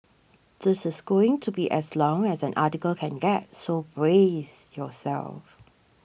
this is going to be as long as an article can get so brace yourself